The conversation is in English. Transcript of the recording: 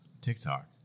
TikTok